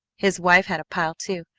his wife had a pile, too.